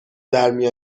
درمی